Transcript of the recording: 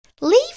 Leave